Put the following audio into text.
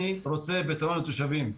אני רוצה פתרון לתושבים,